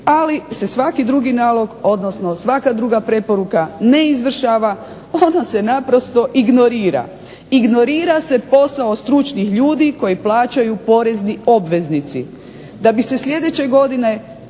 ali se svaki drugi nalog, odnosno svaka druga preporuka ne izvršava, ona se naprosto ignorira. Ignorira se posao stručnih ljudi koji plaćaju porezni obveznici, da bi se sljedeće godine